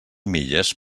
milles